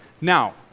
Now